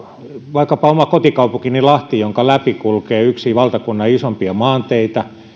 vaikkapa oman kotikaupunkini lahden läpi kulkee yksi valtakunnan isoimmista maanteistä